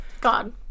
God